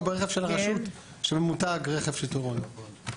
ברכב של הרשות שממותג רכב שיטור עירוני.